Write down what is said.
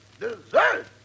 Dessert